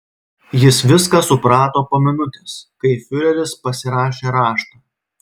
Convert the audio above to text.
jis viską suprato po minutės kai fiureris pasirašė raštą